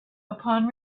upon